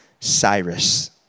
Cyrus